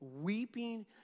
weeping